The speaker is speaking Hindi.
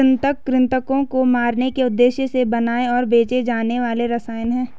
कृंतक कृन्तकों को मारने के उद्देश्य से बनाए और बेचे जाने वाले रसायन हैं